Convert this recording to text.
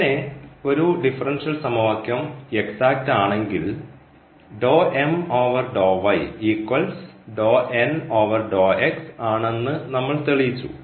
അങ്ങനെ ഒരു ഡിഫറൻഷ്യൽ സമവാക്യം എക്സാക്റ്റ് ആണെങ്കിൽ ആണെന്ന് നമ്മൾ തെളിയിച്ചു